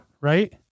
Right